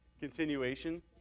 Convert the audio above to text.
Continuation